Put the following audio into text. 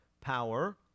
power